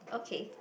okay